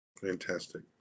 Fantastic